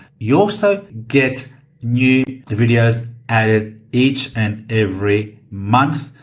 you also get new videos, added each and every month.